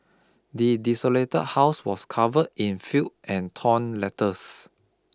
the desolated house was covered in filth and torn letters